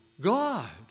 God